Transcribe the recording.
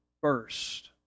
first